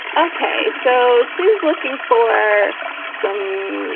ok, so she's looking for some,